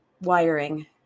wiring